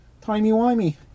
timey-wimey